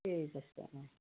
ঠিক আছে অঁ